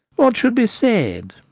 what should be said?